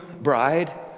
bride